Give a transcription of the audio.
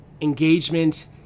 engagement